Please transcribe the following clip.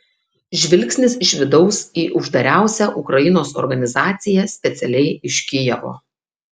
žvilgsnis iš vidaus į uždariausią ukrainos organizaciją specialiai iš kijevo